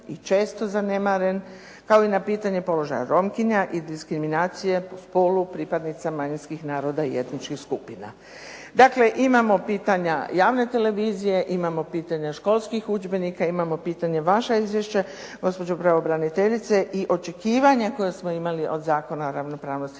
i često zanemaren, kao i na pitanje položaja Romkinja i diskriminacije po spolu pripadnica manjinskih naroda i etničkih skupina. Dakle, imamo pitanja javne televizije, imamo pitanja školskih udžbenika, imamo pitanja vaše izvješće, gospođo pravobraniteljice i očekivanja koja smo imali od Zakona o ravnopravnosti